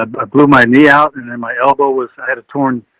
ah ah blew my knee out and then my elbow was, i had a torn,